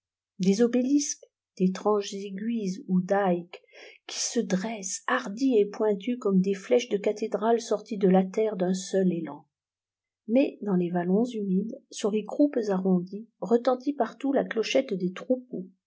des obélisques d'étranges aiguilles ou dykes qui se dressent hardies et pointues comme des flèches de cathédrales sorties de la terre d'un seul élan mais dans les vallons humides sur les croupes arrondies retentit partout la clochette des troupeaux